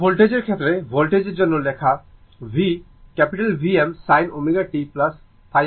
এখন ভোল্টেজের ক্ষেত্রে ভোল্টেজের জন্য লেখা v Vm sin ω t ϕ এর সমান